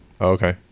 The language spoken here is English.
Okay